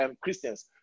Christians